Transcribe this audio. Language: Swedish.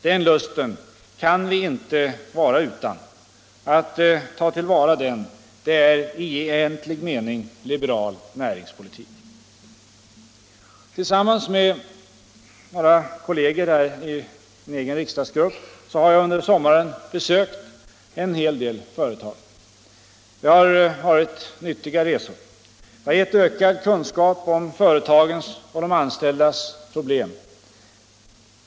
Den lusten kan vi inte vara utan. Att ta till vara den — det är i egentlig mening liberal näringspolitik. Tillsammans med några kolleger i min egen riksdagsgrupp har jag under sommaren besökt en hel del företag. Det har varit nyttiga resor. De har gett ökad kunskap om företagens och de anställdas problem.